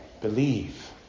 Believe